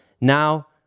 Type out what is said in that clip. Now